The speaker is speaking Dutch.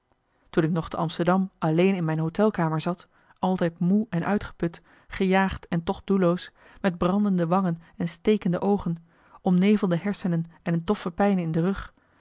toen ik nog te amsterdam alleen in mijn hôtelkamer zat altijd moe en uitgeput gejaagd en toch doelloos met brandende wangen en stekende oogen omnevelde hersenen en doffe pijnen in de rug